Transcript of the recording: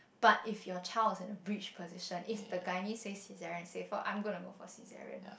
but if your child is at a breech position if the gynae says that caesarean is safer I'm going to go for caesarean